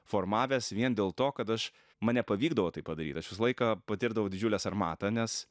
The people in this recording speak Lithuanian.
formavęs vien dėl to kad aš man nepavykdavo tai padaryt aš visą laiką patirdavau didžiulę sarmatą nes